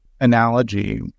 analogy